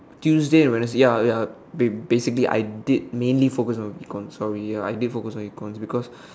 Tuesday and Wednesday ya ya basically I did mainly focus on econs sorry ya I did focus on econs because